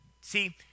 See